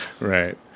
Right